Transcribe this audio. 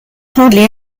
hardly